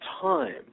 time